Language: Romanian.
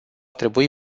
trebui